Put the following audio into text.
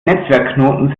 netzwerkknoten